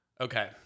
Okay